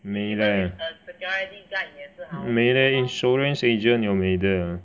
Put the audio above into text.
美 leh 美 leh insurance agent 有美的